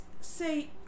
say